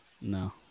No